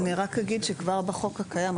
אני רק אגיד שכבר בחוק הקיים,